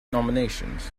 nominations